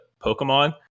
Pokemon